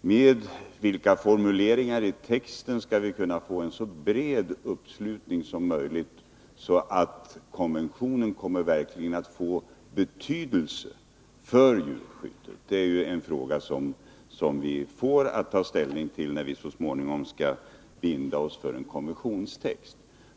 Med vilka formuleringar i texten skall vi få en så bred uppslutning som möjligt, så att konventionen verkligen får betydelse för djurskyddet? Det är ju en fråga som vi får ta ställning till när vi så småningom skall binda oss för en konventionstext.